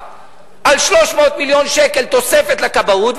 אז פתאום יוצאת הודעה מהממשלה על 300 מיליון שקל תוספת לכבאות,